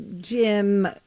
Jim